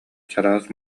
чараас